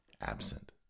absent